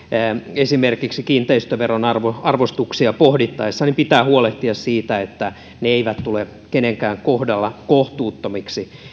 esimerkiksi kiinteistöveron arvostuksia pohdittaessa pitää huolehtia siitä että ne eivät tule kenenkään kohdalla kohtuuttomiksi